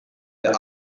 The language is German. der